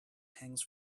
hands